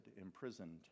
imprisoned